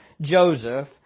Joseph